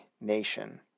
nation